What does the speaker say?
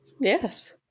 yes